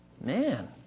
man